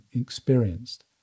experienced